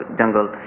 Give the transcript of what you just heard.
jungle